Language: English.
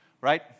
Right